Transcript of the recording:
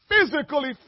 Physically